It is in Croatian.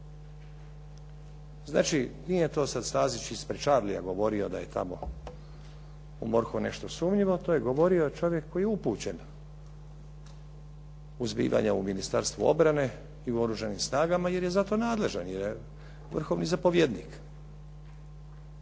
Znači, nije sad to Stazić ispred Charlia govorio da je tamo u MORH-u nešto sumnjivo. To je govorio čovjek koji je upućen u zbivanja u Ministarstvu obrane i u Oružanim snagama jer je zato nadležan jer je vrhovni zapovjednik